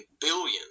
billions